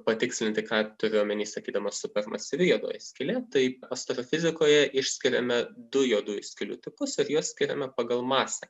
patikslinti ką turiu omeny sakydamas super masyvi juodoji skylė tai astrofizikoje išskiriame du juodųjų skylių tipus ir juos skiriame pagal masę